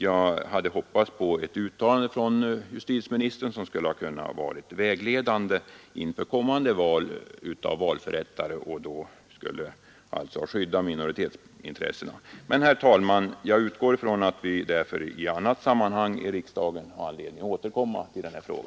Jag hade hoppats på ett uttalande av justitieministern, som hade kunnat vara vägledande vid kommande val av valförrättare och som hade kunnat skydda minoritetsintressena. Jag utgår emellertid ifrån att vi i annat sammanhang här i riksdagen får anledning återkomma till denna fråga.